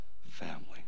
family